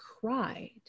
cried